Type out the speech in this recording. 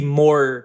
more